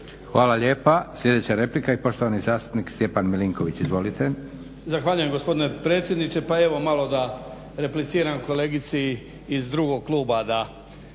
Hvala lijepa. Sljedeća replika i poštovani zastupnik Stjepan Milinković, izvolite. **Milinković, Stjepan (HDZ)** Zahvaljujem gospodine predsjedniče. Pa evo malo da repliciram kolegici iz drugog kluba